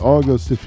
August